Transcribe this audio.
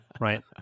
right